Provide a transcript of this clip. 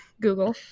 google